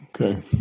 Okay